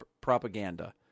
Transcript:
propaganda